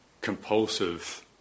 compulsive